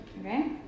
Okay